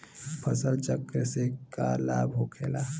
फसल चक्र से का लाभ होखेला?